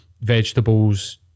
vegetables